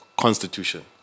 constitution